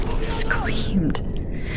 screamed